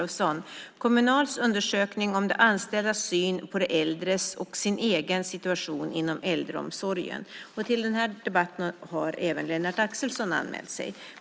Fru talman! Eva Olofsson har ställt två frågor till mig.